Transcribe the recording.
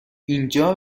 اینجا